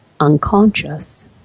unconscious